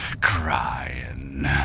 crying